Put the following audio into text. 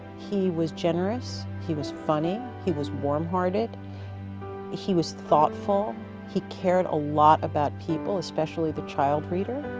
he was generous he was funny he was warm-hearted he was thoughtful he cared a lot about people especially the child reader.